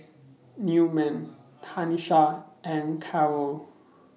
Newman Tanisha and Karyl